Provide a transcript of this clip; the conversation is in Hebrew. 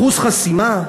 אחוז חסימה,